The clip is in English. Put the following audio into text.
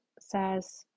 says